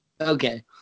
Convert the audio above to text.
Okay